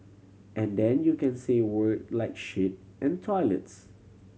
and then you can say word like shit and toilets